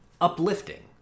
uplifting